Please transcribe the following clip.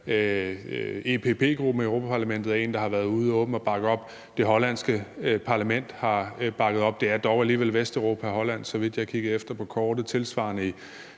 EPP-gruppen i Europa-Parlamentet, er en, der har været ude og åbent bakket det her op; det hollandske parlament har bakket op. Holland er dog alligevel i Vesteuropa, så vidt jeg kan se, når jeg kigger efter på kortet.